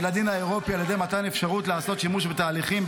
הדין האירופאי על ידי מתן אפשרות לעשות שימוש בתהליכים,